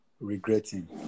regretting